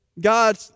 God